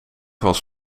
was